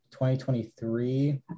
2023